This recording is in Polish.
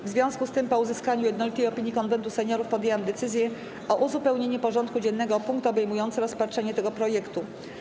W związku z tym, po uzyskaniu jednolitej opinii Konwentu Seniorów, podjęłam decyzję o uzupełnieniu porządku dziennego o punkt obejmujący rozpatrzenie tego projektu.